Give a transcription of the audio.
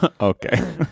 Okay